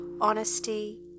honesty